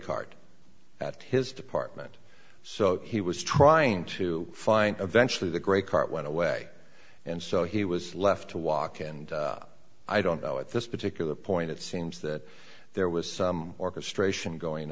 card at his department so he was trying to find eventually the grey cart went away and so he was left to walk and i don't know at this particular point it seems that there was some orchestration going